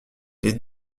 les